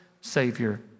Savior